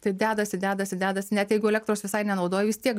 tai dedasi dedasi dedasi net jeigu elektros visai nenaudoju vis tiek